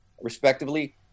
respectively